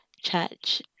church